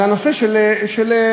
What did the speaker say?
על הנושא של המשכורות,